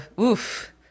oof